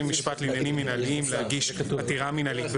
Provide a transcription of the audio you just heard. דין לעניינים מנהליים להגיש עתירה מנהלית.